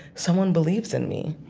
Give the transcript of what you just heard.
someone believes in me.